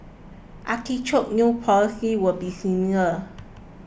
artichoke's new policy will be similar